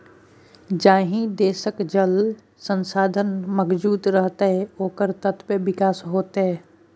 जाहि देशक जल संसाधन मजगूत रहतै ओकर ततबे विकास हेतै